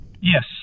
Yes